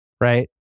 right